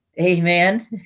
amen